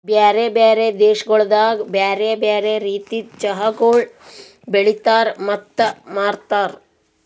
ಬ್ಯಾರೆ ಬ್ಯಾರೆ ದೇಶಗೊಳ್ದಾಗ್ ಬ್ಯಾರೆ ಬ್ಯಾರೆ ರೀತಿದ್ ಚಹಾಗೊಳ್ ಬೆಳಿತಾರ್ ಮತ್ತ ಮಾರ್ತಾರ್